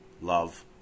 love